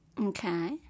Okay